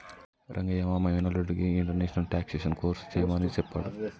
రంగయ్య మా మేనల్లుడికి international taxation course సెయ్యమని సెప్పాడు